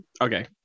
Okay